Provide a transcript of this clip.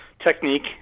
technique